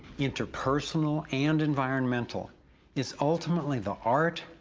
interpersonal and environmental it's ultimately the art,